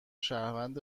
شهروند